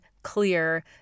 clear